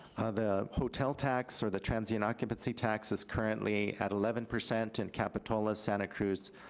the hotel tax or the transient occupancy tax is currently at eleven percent in capitola, santa cruz,